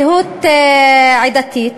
זהות עדתית,